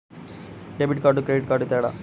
Debit కార్డుకి credit కార్డుకి తేడా?